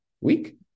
week